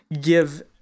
give